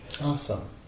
Awesome